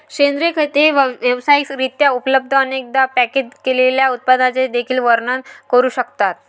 सेंद्रिय खते व्यावसायिक रित्या उपलब्ध, अनेकदा पॅकेज केलेल्या उत्पादनांचे देखील वर्णन करू शकतात